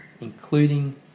including